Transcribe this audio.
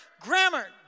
grammar